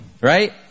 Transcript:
Right